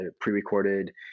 pre-recorded